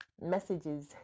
messages